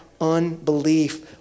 unbelief